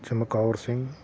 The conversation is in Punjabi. ਚਮਕੌਰ ਸਿੰਘ